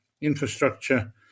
infrastructure